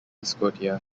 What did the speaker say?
scotia